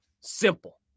Simple